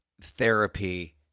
therapy